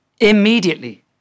Immediately